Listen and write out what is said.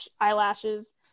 eyelashes